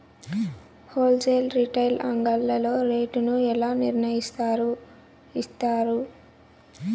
Whole sale retail అంగడ్లలో rate ను ఎలా నిర్ణయిస్తారు యిస్తారు?